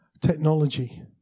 technology